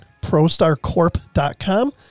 ProStarCorp.com